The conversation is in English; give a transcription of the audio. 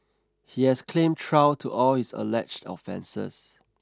he has claimed trial to all his alleged offences